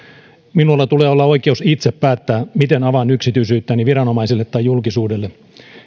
minulla tulee olla oikeus itse päättää miten avaan yksityisyyttäni viranomaisille tai julkisuudelle